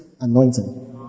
anointing